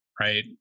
Right